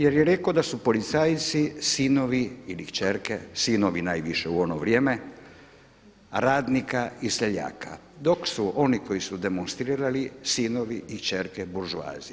Jer je rekao da su policajci sinovi ili kćerke, sinovi najviše u ono vrijeme radnika i seljaka, dok su oni koji su demonstrirali sinovi i kćerke buržoazije.